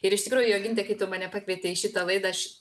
ir iš tikrųjų joginte kai tu mane pakvietei į šitą laidą aš